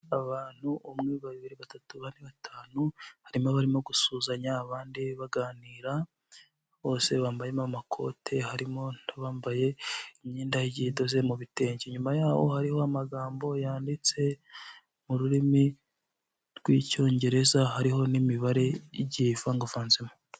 Abantu umwe ,babiri, batatu, bane, batanu harimo barimo gusuhuzanya abandi baganira bose bambayemo amakote harimo n'abambaye imyendaigiye idoze mu bitenge nyuma yaho hariho amagambo yanditse mu rurimi rw'icyongereza hariho n'imibare igiye ivagavanzemo .